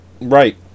Right